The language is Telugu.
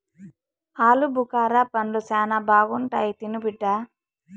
ఆలుబుకారా పండ్లు శానా బాగుంటాయి తిను బిడ్డ